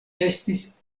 estis